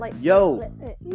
Yo